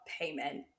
payment